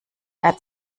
hat